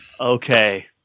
Okay